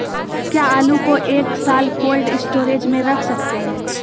क्या आलू को एक साल कोल्ड स्टोरेज में रख सकते हैं?